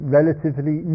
relatively